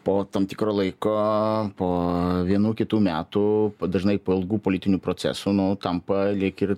po tam tikro laiko po vienų kitų metų dažnai po ilgų politinių procesų nu tampa lyg ir